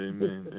Amen